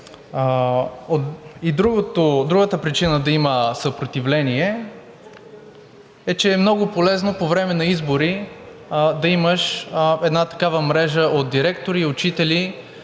Другата причина да има съпротивление е, че е много полезно по време на избори да имаш една такава мрежа от директори, учители,